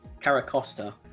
Caracosta